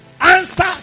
answer